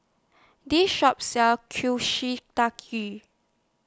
This Shop sells